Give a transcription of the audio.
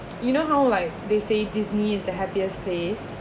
you know how like they say Disney is the happiest place